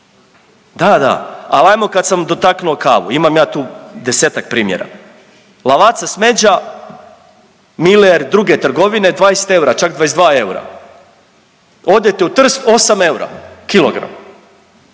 da, da. Al ajmo kad sam dotaknuo kavu, imam ja tu desetak primjera Lavazza smeđa, Muller i druge trgovine 20 eura, čak 22 eura, odete u Trst 8 eura kilogram,